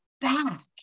back